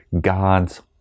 God's